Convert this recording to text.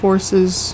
Forces